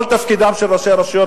כל תפקידם של ראשי הרשויות,